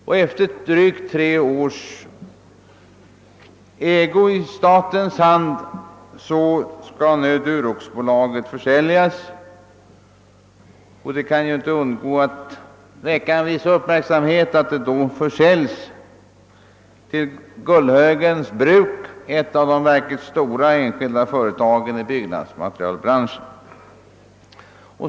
Sedan företaget har varit i statens ägo drygt tre år måste Duroxbolaget försäljas. Det kan inte undgå att väcka en viss uppmärksamhet att det då försäljs till Gullhögens Bruk, ett av de verkligt stora enskilda företagen i byggnadsmaterialbranschen.